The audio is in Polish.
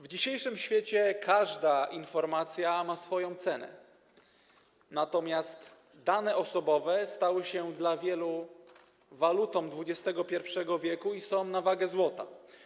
W dzisiejszym świecie każda informacja ma swoją cenę, natomiast dane osobowe stały się dla wielu walutą XXI w. i są na wagę złota.